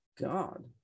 God